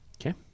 Okay